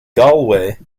galway